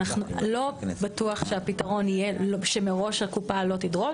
לא בטוח שהפתרון יהיה שמראש הקופה לא תדרוש,